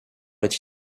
est